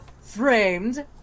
framed